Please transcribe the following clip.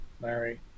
Larry